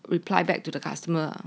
reply back to the customer